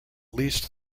least